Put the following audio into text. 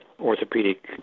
orthopedic